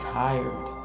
tired